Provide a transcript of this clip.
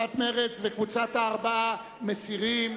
קבוצת מרצ וקבוצת הארבעה, מסירים,